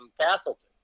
Castleton